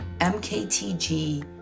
mktg